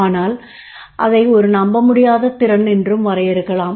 அதனால் அதை ஒரு நம்பமுடியாத திறன் என்றும் வரையறுக்கலாம்